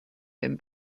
been